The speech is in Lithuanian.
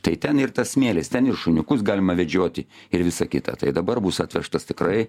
tai ten ir tas smėlis ten ir šuniukus galima vedžioti ir visa kita tai dabar bus atvežtas tikrai